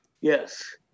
Yes